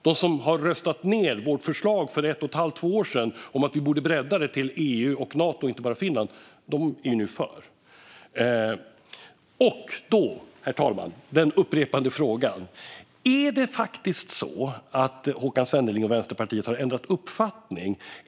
De som röstade ned vårt förslag för ett och ett halvt till två år sedan om att vi borde bredda samarbetet till EU och Nato och inte bara Finland är nu för detta. Herr talman! Nu till den upprepade frågan: Är det faktiskt så att Håkan Svenneling och Vänsterpartiet har ändrat uppfattning?